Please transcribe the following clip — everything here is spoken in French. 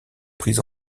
pris